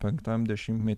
penktam dešimtmety